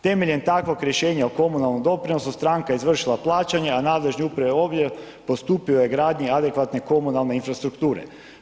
Temeljem takvog rješenja o komunalnom doprinosu, stranka je izvršila plaćanje, a nadležni upravni odjel postupio je gradnji adekvatne komunalne infrastrukture.